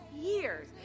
years